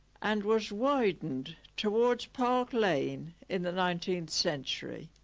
and was widened towards park lane in the nineteenth century